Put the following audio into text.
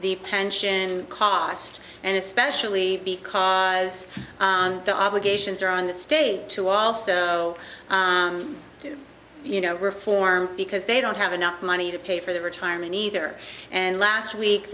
the pension cost and especially as the obligations are on the state to also you know reform because they don't have enough money to pay for their retirement either and last week